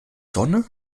sonne